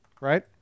Right